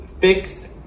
fix